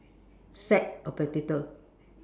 sack of potatoes